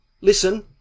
Listen